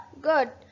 Good